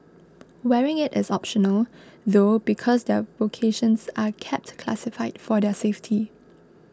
wearing it is optional though because their vocations are kept classified for their safety